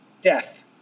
death